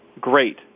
Great